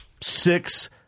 six